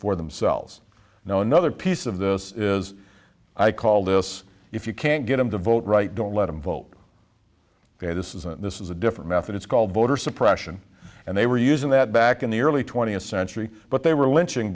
for themselves you know another piece of this is i call this if you can't get them to vote right don't let them vote there this isn't this is a different method it's called voter suppression and they were using that back in the early twentieth century but they were lynching